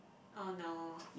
oh no